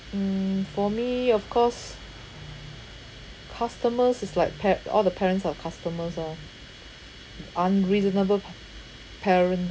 mm for me of course customers is like pa~ all the parents are the customers ah unreasonable pa~ parent